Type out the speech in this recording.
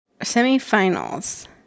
Semifinals